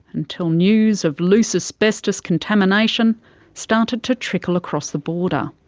until news of loose asbestos contamination started to trickle across the border,